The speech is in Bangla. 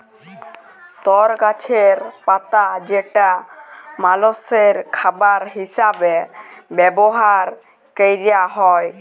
তর গাছের পাতা যেটা মালষের খাবার হিসেবে ব্যবহার ক্যরা হ্যয়